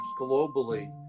globally